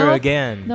again